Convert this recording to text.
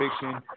fiction